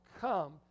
come